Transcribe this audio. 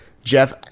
Jeff